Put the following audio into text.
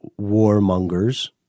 warmongers